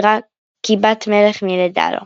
כי בת-מלך מלדה לו.